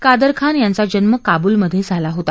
कादर खान यांचा जन्म काबूलमधे झाला होता